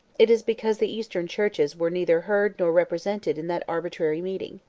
it is because the eastern churches were neither heard nor represented in that arbitrary meeting.